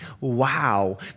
Wow